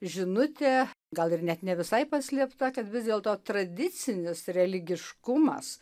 žinutė gal ir net ne visai paslėpta kad vis dėlto tradicinis religiškumas